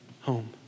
home